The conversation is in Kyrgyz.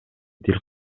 тил